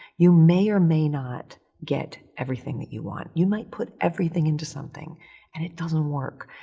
you may or may not get everything that you want. you might put everything into something and it doesn't work,